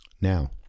Now